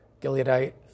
Gileadite